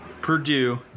Purdue